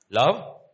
Love